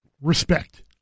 respect